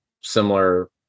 similar